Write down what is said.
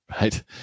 Right